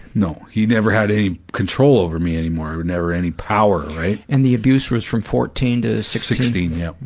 no. he never had any control over me anymore, never any power, right? and the abuse was from fourteen to sixteen. yeah